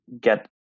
get